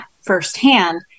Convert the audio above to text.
firsthand